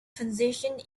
transitioned